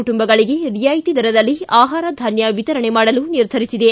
ಕುಟುಂಬಗಳಿಗೆ ರಿಯಾಯಿತಿ ದರದಲ್ಲಿ ಆಪಾರ ಧಾನ್ಯ ವಿತರಣೆ ಮಾಡಲು ನಿರ್ಧರಿಸಿದೆ